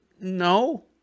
No